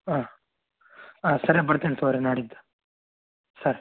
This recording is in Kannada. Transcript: ಹಾಂ ಹಾಂ ಸರಿ ಬರ್ತೀನಿ ತಗೋ ರೀ ನಾಡಿದ್ದು ಸರಿ